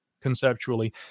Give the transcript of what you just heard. conceptually